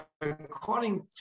according